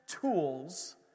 tools